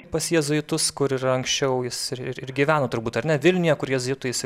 pas jėzuitus kur yra anksčiau jis ir ir gyveno turbūt ar ne vilniuje kur jėzuitai